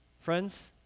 friends